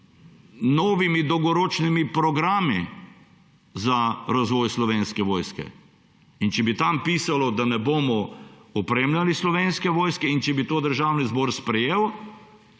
z novimi dolgoročnimi programi za razvoj Slovenske vojske. In če bi tam pisalo, da ne bomo opremljali Slovenske vojske in če bi to Državni zbor sprejel,